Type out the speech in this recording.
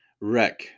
wreck